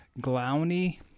Glowny